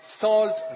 salt